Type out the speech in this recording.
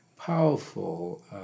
powerful